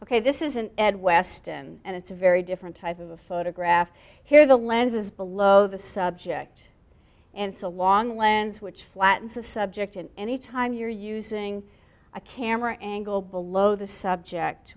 ok this is an ed weston and it's a very different type of a photograph here the lens is below the subject and so a long lens which flattens a subject and any time you're using a camera angle below the subject